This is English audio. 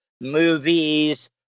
movies